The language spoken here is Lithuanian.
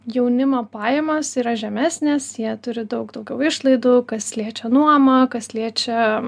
jaunimo pajamos yra žemesnės jie turi daug daugiau išlaidų kas liečia nuomą kas liečia